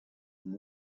and